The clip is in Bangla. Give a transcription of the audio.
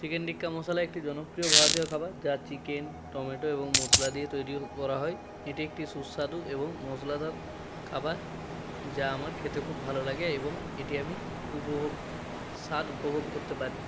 চিকেন টিক্কা মশালা একটি জনপ্রিয় ভারতীয় খাবার যা চিকেন টমেটো এবং মশলা দিয়ে তৈরিও করা হয় এটি একটি সুস্বাদু এবং মশলাদার খাবার যা আমার খেতে খুব ভালো লাগে এবং এটি আমি উপভোগ স্বাদ উপভোগ করতে পারি